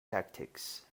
tactics